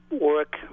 work